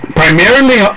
primarily